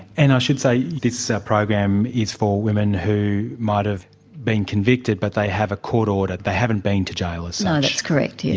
and i should say this program is for women who might have been convicted but they have a court order, they haven't been to jail as such. that's correct, yes.